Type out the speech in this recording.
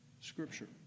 Scripture